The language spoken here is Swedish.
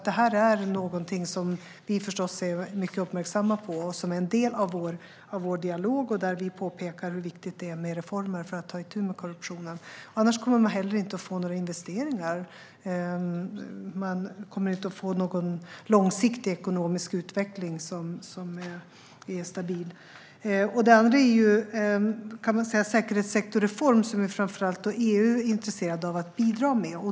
Det här är något som vi förstås är mycket uppmärksamma på och som är en del av vår dialog, där vi påpekar hur viktigt det är med reformer för att ta itu med korruptionen. Annars kommer man heller inte att få några investeringar och inte en långsiktigt stabil ekonomisk utveckling. Den andra frågan gäller den säkerhetssektorreform som framför allt EU är intresserad av att bidra med.